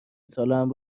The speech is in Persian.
سالهام